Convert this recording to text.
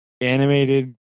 animated